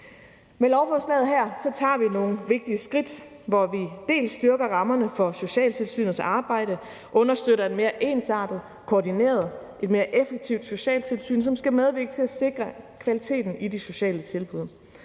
Med lovforslaget her tager vi nogle vigtige skridt, hvor vi dels styrker rammerne for socialtilsynets arbejde, understøtter et mere ensartet, koordineret og mere effektivt socialtilsyn, som skal medvirke til at sikre kvaliteten i de sociale tilbud.